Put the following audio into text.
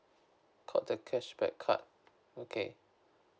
called the cashback card okay